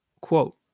Quote